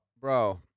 bro